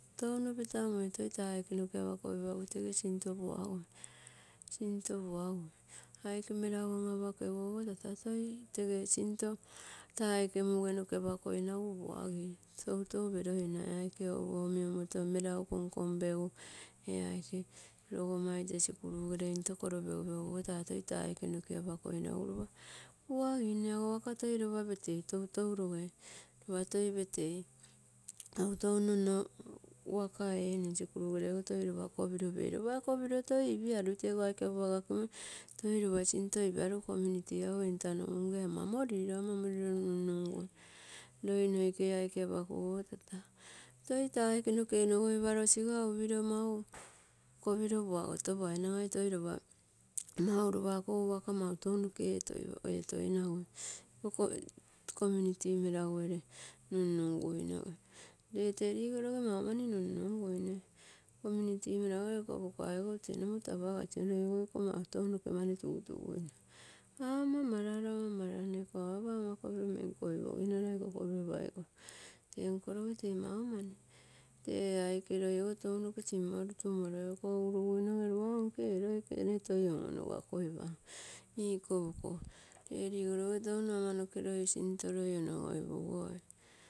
Touno petamoi toi taa aike noke apakoipagu toi sinto puagui sinto puagui, aike meragu an-apake guogo tata toi tege sinto taa aike muge noke apakoinagu puagi toutou peroinai aike opo oniomoto meragu konkonpegu ee aike logomma ite sikuru ere into kolopenpegutaa toi taa aike noke apakoinagua lopa puagine egu ego waka taa toi lopa petei, toi mau touno nno waka eeni sikuru ere ogo toe lopa kopilo pei, lopa toi kopilo ipiarui leego aike apa apagakimoi sinto toi ipiarui mau community entano ege unge mau ama morilo, ama amoliro nunnungui, loi noikeie aike noke apakuguogo taa, toi taa aike noke onogoiparo sisa upiro mau kopiro puago ropai nagai toi lopa mau lopa akogo waka tounoke toi ietoinai iko community meragu nunnuguinoge tee tee ligoroge maumani nunnunguine community meraguere. Iko poko aike iee nomoto apagasino iko loi rouno mani tuntuguino ama marano, ama marano iko mau lopa ama kopiro menkoipoginoro ikopiro paigoro tee nakoroge, tee maumani tee aike loi ogo ginimoru ogo touno ege ligoro, iko tee ee koguruguinoge tee toi ee iko loi on-onogoipakam iko poko, lee ligoroge touno ama noke loi sinto onogoipaguoi.